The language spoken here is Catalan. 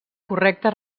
correcta